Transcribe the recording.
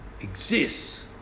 exists